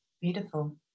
beautiful